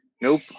nope